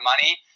money